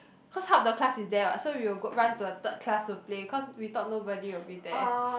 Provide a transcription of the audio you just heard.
cause half the classes there ah so you go run to a third class to play because we thought nobody would be there